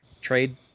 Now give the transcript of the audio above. trade